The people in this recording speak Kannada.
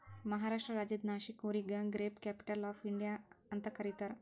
ಮಹಾರಾಷ್ಟ್ರ ರಾಜ್ಯದ್ ನಾಶಿಕ್ ಊರಿಗ ಗ್ರೇಪ್ ಕ್ಯಾಪಿಟಲ್ ಆಫ್ ಇಂಡಿಯಾ ಅಂತ್ ಕರಿತಾರ್